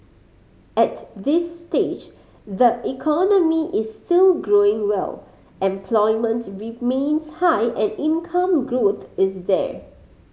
at this stage the economy is still growing well employment remains high and income growth is there